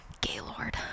Gaylord